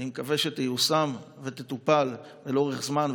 שאני מקווה שתיושם ותטופל לאורך זמן,